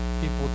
people